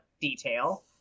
detail